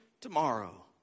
tomorrow